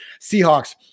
Seahawks